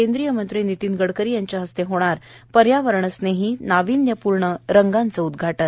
केंद्रीय मंत्री नितीन गडकरी यांच्या हस्ते होणार पर्यावरणस्नेही नावीन्यपूर्ण रंगाचे उद्धघाटन